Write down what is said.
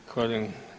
Zahvaljujem.